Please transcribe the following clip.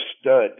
stud